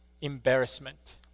embarrassment